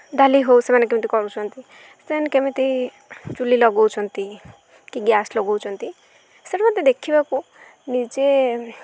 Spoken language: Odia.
ଡାଲି ହେଉ ସେମାନେ କେମିତି କରୁଛନ୍ତି ସେମାନେ କେମିତି ଚୁଲି ଲଗାଉଛନ୍ତି କି ଗ୍ୟାସ୍ ଲଗାଉଛନ୍ତି ସେଇଟା ମୋତେ ଦେଖିବାକୁ ନିଜେ